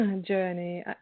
journey